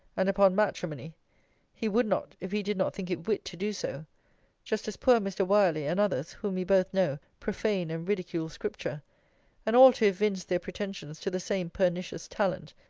and upon matrimony he would not, if he did not think it wit to do so just as poor mr. wyerley, and others, whom we both know, profane and ridicule scripture and all to evince their pretensions to the same pernicious talent,